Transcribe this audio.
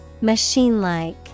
Machine-like